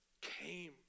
came